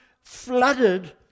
flooded